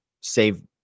save